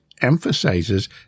emphasizes